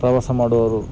ಪ್ರವಾಸ ಮಾಡುವವರು